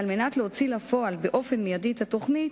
ועל מנת להוציא לפועל מייד את התוכנית,